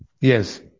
Yes